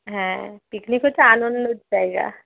হ্যাঁ পিকনিক হচ্ছে আনন্দর জায়গা